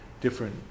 different